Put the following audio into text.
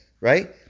Right